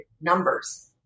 numbers